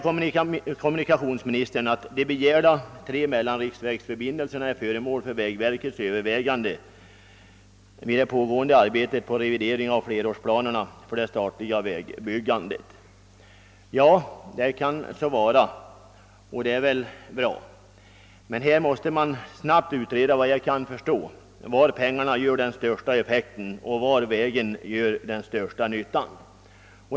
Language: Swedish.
Kommunikationsministern säger i svaret att de berörda tre mellanriksförbindelserna är föremål för vägverkets överväganden vid det pågående arbetet med revidering av flerårsplanerna för det statliga vägbyggandet. Ja, det är nog bra. Men efter vad jag kan förstå måste man snabbt utreda var pengarna gör största effekten eller med andra ord vilken väg som gör den största nyttan.